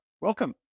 welcome